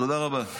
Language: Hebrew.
תודה רבה.